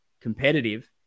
competitive